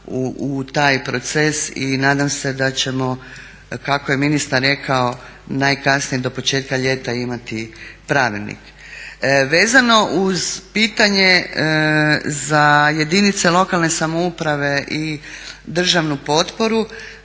u taj proces i nadam se da ćemo kako je ministar rekao najkasnije do početka ljeta imati pravilnik. Vezano uz pitanje za jedinice lokalne samouprave i državnu potporu